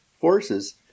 forces